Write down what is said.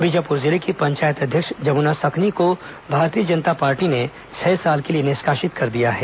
बीजापुर जिले की पंचायत अध्यक्ष जमुना सकनी को भारतीय जनता पार्टी ने छह साल के लिए निष्कासित कर दिया है